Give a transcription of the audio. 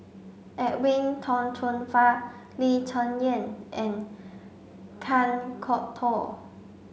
Edwin Tong Chun Fai Lee Cheng Yan and Kan Kwok Toh